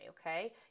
okay